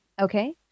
Okay